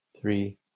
three